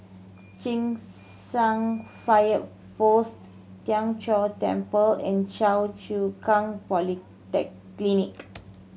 Cheng San Fire Post Tien Chor Temple and Choa Chu Kang Poly tech clinic